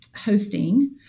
hosting